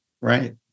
Right